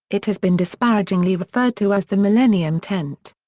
it has been disparagingly referred to as the millennium tent.